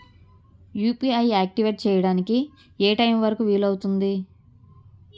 UPI activate చెయ్యడానికి ఏ time వరుకు వీలు అవుతుంది?